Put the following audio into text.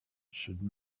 should